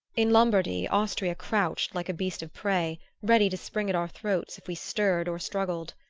in lombardy, austria couched like a beast of prey, ready to spring at our throats if we stirred or struggled.